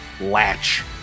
latch